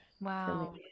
wow